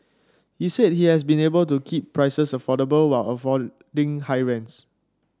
he said he has been able to keep prices affordable while avoiding high rents